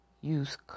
use